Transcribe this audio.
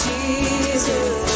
Jesus